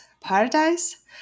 Paradise